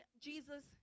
Jesus